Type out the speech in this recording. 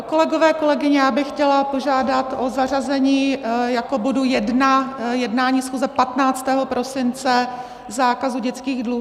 Kolegové, kolegyně, já bych chtěla požádat o zařazení jako bodu 1 jednání schůze 15. prosince, zákazu dětských dluhů.